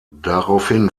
daraufhin